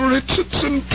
Richardson